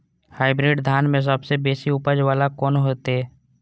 Hybrid धान में सबसे बेसी उपज बाला कोन हेते?